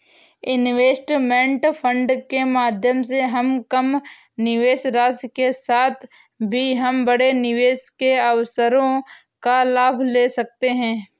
investment fund के माध्यम से हम कम निवेश राशि के साथ भी हम बड़े निवेश के अवसरों का लाभ ले सकते हैं